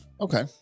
Okay